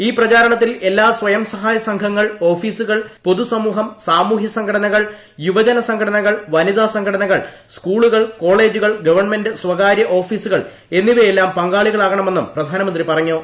ഇൌ പ്രചാരണത്തിൽ എല്ലാ സ്വയംസഹായ സംഘങ്ങൾ ഓഫീസുകൾ പൊതുസമൂഹം സാമൂഹ്യ സംഘടനകൾ യുവജന സംഘടനകൾ വനിതാ സംഘടനകൾ സ്കൂളുകൾ കോളേജുകൾ ഗവൺമെന്റ് സ്വകാര്യ ഓഫീസുകൾ എന്നിവയെല്ലാം പങ്കാളികളാകണമെന്നും പ്രധാനമന്ത്രി പറഞ്ഞു